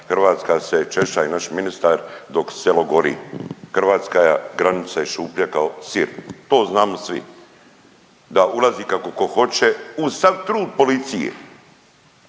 Hrvatska se češa i naš ministar dok selo gori! Hrvatska granica je šuplja kao sir, to znamo svi, da ulazi kako tko hoće uz sav trud policije.